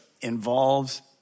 involves